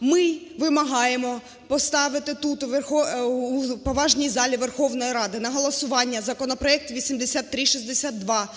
Ми вимагаємо поставити тут у поважній залі Верховної Ради на голосування законопроект 8362,